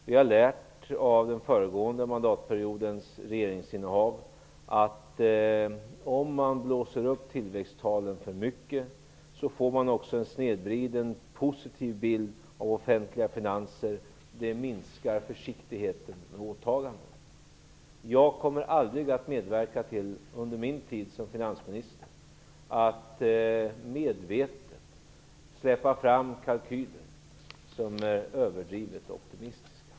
Vi har av regeringens agerande under den föregående mandatperioden lärt oss att om man blåser upp tillväxttalen för mycket, får man en snedvriden positiv bild av de offentliga finanserna, vilket minskar försiktigheten i åtagandena. Jag kommer under min tid som finansminister aldrig medvetet att medverka till att släppa fram överdrivet optimistiska kalkyler.